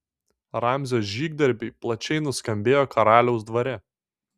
ramzio žygdarbiai plačiai nuskambėjo karaliaus dvare